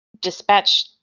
Dispatch